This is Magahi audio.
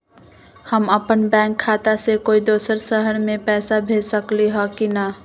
हम अपन बैंक खाता से कोई दोसर शहर में पैसा भेज सकली ह की न?